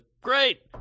Great